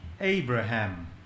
Abraham